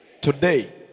Today